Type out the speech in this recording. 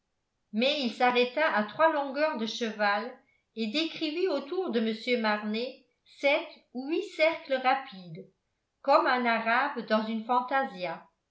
mais il s'arrêta à trois longueurs de cheval et décrivit autour de mr du marnet sept ou huit cercles rapides comme un arabe dans une fantasia